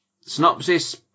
synopsis